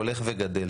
תשפ"ב.